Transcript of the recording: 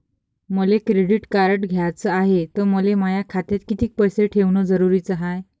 मले credit card घ्याचं हाय, त मले माया खात्यात कितीक पैसे ठेवणं जरुरीच हाय?